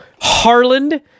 Harland